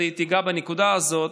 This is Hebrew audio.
תיגע בנקודה הזאת: